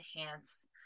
enhance